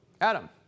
Adam